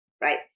right